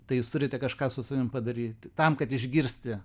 tai jūs turite kažką su savim padaryt tam kad išgirsti